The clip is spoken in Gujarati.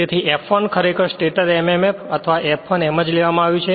તેથી F1 ખરેખર સ્ટેટર mmf અથવા F1 એમ જ લેવામાં આવ્યું છે